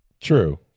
True